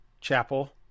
Chapel